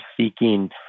seeking